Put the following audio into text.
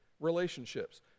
Relationships